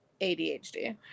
ADHD